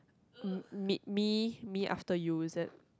Meet Me Me After You is it